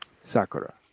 Sakura